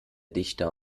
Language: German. dichter